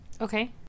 Okay